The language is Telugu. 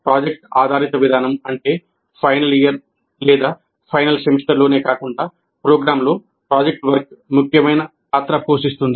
ప్రాజెక్ట్ ఆధారిత విధానం అంటే ఫైనల్ ఇయర్ లేదా ఫైనల్ సెమిస్టర్లోనే కాకుండా ప్రోగ్రామ్లో ప్రాజెక్ట్ వర్క్ ముఖ్యమైన పాత్ర పోషిస్తుంది